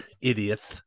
Idiot